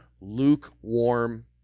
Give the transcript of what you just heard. Lukewarm